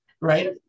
Right